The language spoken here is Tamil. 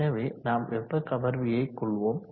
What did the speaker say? எனவே நாம் வெப்ப கவர்வியை கொள்வோம்